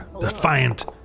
defiant